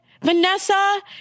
Vanessa